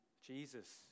Jesus